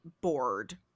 bored